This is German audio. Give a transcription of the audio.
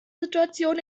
situation